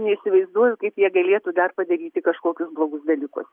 neįsivaizduoju kaip jie galėtų dar padaryti kažkokius blogus dalykus